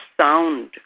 sound